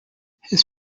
his